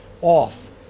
off